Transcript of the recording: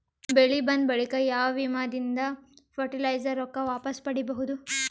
ಬೆಳಿ ಬಂದ ಬಳಿಕ ಯಾವ ವಿಮಾ ದಿಂದ ಫರಟಿಲೈಜರ ರೊಕ್ಕ ವಾಪಸ್ ಪಡಿಬಹುದು?